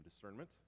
discernment